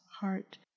heart